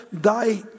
die